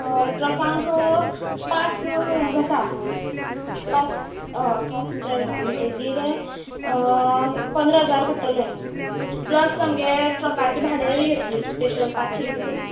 हय ट्रकांक पांच हें जाता पांच हय पांच मिटर जाता म्हणटकीर पंदरा हजार पडटले प्लस आमगे ट्रकाचे भाडेंय घेतली स्पेशल पांचशे रुपया तरी